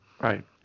Right